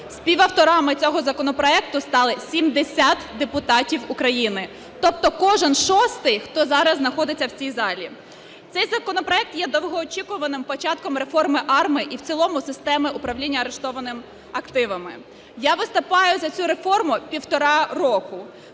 Співавторами цього законопроекту стали 70 депутатів України, тобто кожен шостий, хто зараз знаходиться в цій залі. Цей законопроект є довгоочікуваним початком реформи АРМА і в цілому системи управління арештованими активами. Я виступаю за цю реформу півтора року,